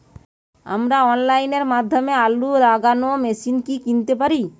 আমরা অনলাইনের মাধ্যমে আলু লাগানো মেশিন কি কিনতে পারি?